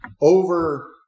over